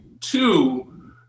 two